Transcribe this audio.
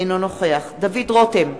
אינו נוכח דוד רותם,